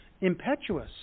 impetuous